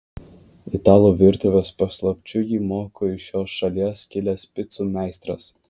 italų virtuvės paslapčių jį moko iš šios šalies kilęs picų meistras